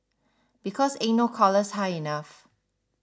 because ain't no collars high enough